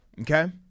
okay